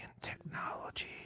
technology